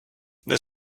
det